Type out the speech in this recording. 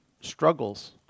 Struggles